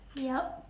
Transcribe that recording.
yup